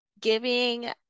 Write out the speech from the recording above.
giving